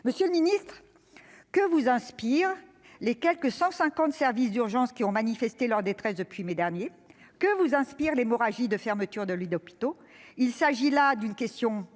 Monsieur le ministre, que vous inspirent les quelque 150 services d'urgences qui ont manifesté leur détresse depuis la fin du mois de mai dernier ? Que vous inspire l'hémorragie de fermetures de lits d'hôpitaux ? Il s'agit là de questions